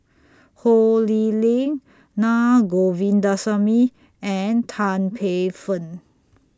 Ho Lee Ling Na Govindasamy and Tan Paey Fern